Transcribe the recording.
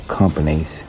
companies